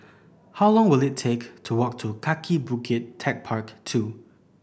how long will it take to walk to Kaki Bukit Techpark Two